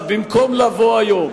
במקום לבוא היום